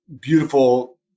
beautiful